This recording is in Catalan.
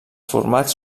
formats